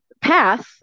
path